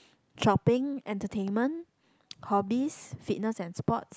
shopping entertainment hobbies fitness and sports